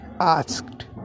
asked